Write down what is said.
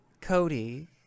Cody